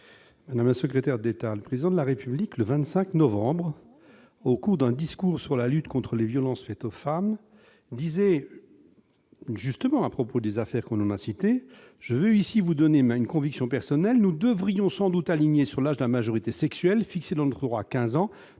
madame la secrétaire d'État, le Président de la République, le 25 novembre dernier, au cours d'un discours sur la lutte contre les violences faites aux femmes, indiquait, justement à propos des affaires que l'on a citées :« Je veux ici vous donner une conviction personnelle : nous devrions sans doute aligner sur l'âge de la majorité sexuelle, fixée dans le droit à quinze